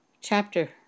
chapter